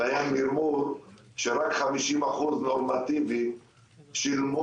והיה מרמור שרק 50% נורמטיביים שילמו